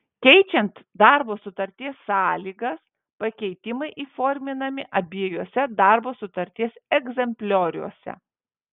keičiant darbo sutarties sąlygas pakeitimai įforminami abiejuose darbo sutarties egzemplioriuose